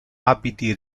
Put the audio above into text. abiti